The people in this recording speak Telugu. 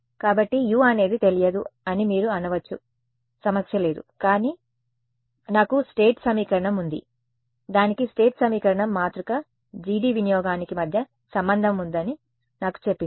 కాబట్టి U అనేది తెలియదు అని మీరు అనవచ్చు సమస్య లేదు నాకు స్టేట్ సమీకరణం ఉంది దానికి స్టేట్ సమీకరణం మాతృక GD వినియోగానికి మధ్య సంబంధం ఉందని నాకు చెప్పింది